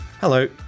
Hello